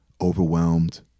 overwhelmed